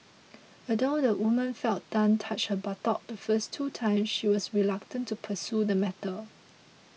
although the woman felt Tan touch her buttock the first two times she was reluctant to pursue the matter